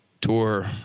tour